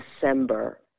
December